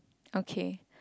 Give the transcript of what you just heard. okay